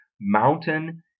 mountain